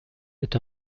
est